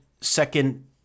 second